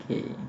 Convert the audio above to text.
okay